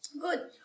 Good